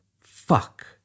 fuck